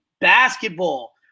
basketball